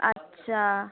अच्छा